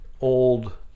old